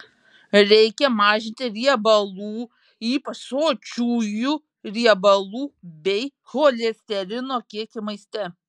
reikia mažinti riebalų ypač sočiųjų riebalų bei cholesterino kiekį maiste